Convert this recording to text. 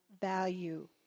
value